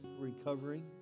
recovering